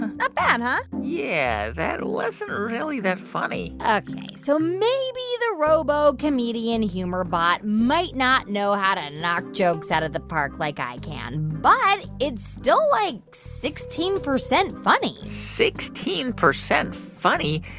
and not bad, huh? yeah, that wasn't really that funny ok. so maybe the robo comedian humor bot might not know how to knock jokes out of the park like i can. but it's still, like, sixteen percent funny sixteen percent funny?